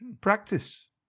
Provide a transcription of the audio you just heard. practice